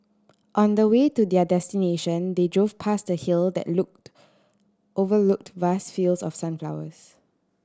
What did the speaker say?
on the way to their destination they drove past a hill that looked overlooked vast fields of sunflowers